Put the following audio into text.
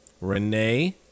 Renee